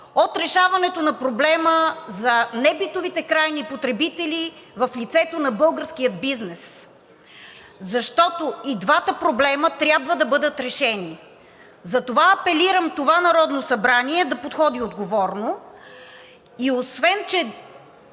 от решаването на проблема за небитовите крайни потребители в лицето на българския бизнес, защото и двата проблема трябва да бъдат решени. Затова апелирам това Народно събрание да подходи отговорно и освен че